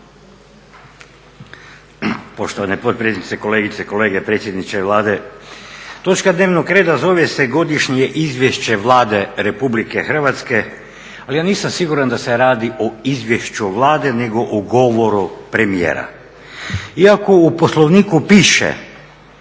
Poštovana potpredsjednice, kolegice i kolege, predsjedniče Vlade. Točka dnevnog reda zove se Godišnje izvješće Vlade Republike Hrvatske, ali ja nisam siguran da se radi o izvješću Vlade nego o govoru premijera. Iako u Poslovniku piše